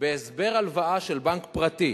בהסבר הלוואה של בנק פרטי